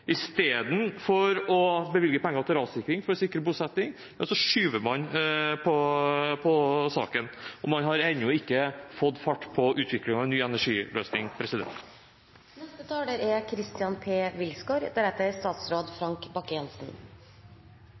stedet for å bevilge penger til rassikring for å sikre bosetting skyver man på saken, og man har ennå ikke fått fart på utviklingen av en ny energiløsning. I det politiske landskapet er